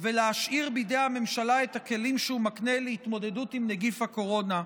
ולהשאיר בידי הממשלה את הכלים שהוא מקנה להתמודדות עם נגיף הקורונה.